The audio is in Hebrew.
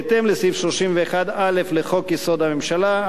בהתאם לסעיף 31(א) לחוק-יסוד: הממשלה.